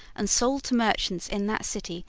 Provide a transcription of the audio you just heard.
and sold to merchants in that city,